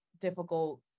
difficult